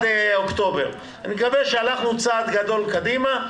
אני מקווה שהלכנו צעד גדול קדימה,